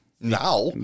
now